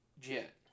jet